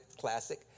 classic